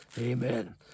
Amen